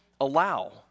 allow